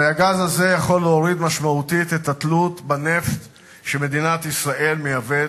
הרי הגז הזה יכול להוריד משמעותית את התלות בנפט שמדינת ישראל מייבאת,